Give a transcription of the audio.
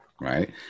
Right